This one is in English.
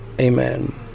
Amen